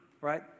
right